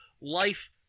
Life